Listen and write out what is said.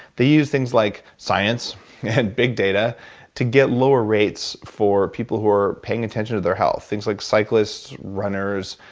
they use things like science and big data to get lower rates for people who are paying attention to their health. things like cyclists, runners,